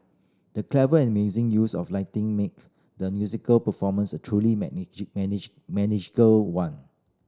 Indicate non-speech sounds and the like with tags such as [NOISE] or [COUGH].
the clever amazing use of lighting make the musical performance a truly [UNINTELLIGIBLE] one